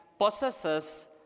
possesses